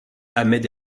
ahmed